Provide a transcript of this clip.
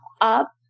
up